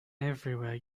everywhere